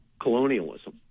colonialism